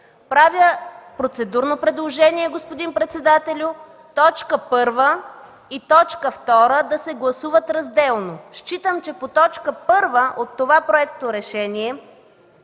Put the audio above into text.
Правя процедурно предложение, господин председател, т. 1 и т. 2 да се гласуват разделно. Считам, че по т. 1 от това Проекторешение